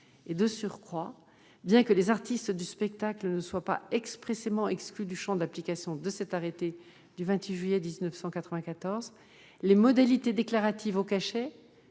De surcroît, bien que les artistes du spectacle ne soient pas expressément exclus du champ d'application de cet arrêté, les modalités déclaratives au cachet